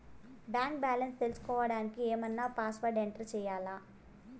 Bank balance తెలుసుకోవడానికి ఏమన్నా password enter చేయాలా?